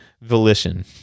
volition